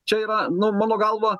čia yra nu mano galva